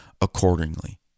accordingly